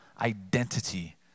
identity